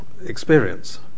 experience